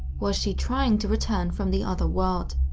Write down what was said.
was she trying to return from the otherworld?